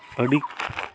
ᱟᱹᱰᱤ